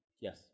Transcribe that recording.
Yes